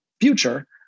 future